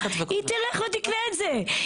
היא תלך ותקנה את זה.